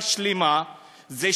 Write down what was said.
מאיפה אתה